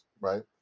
right